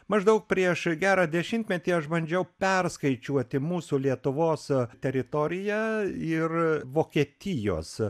maždaug prieš gerą dešimtmetį aš bandžiau perskaičiuoti mūsų lietuvos teritoriją ir vokietijos